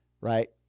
right